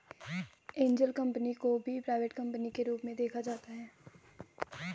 angel company को भी private company के रूप में देखा जाता है